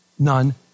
None